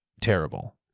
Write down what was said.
terrible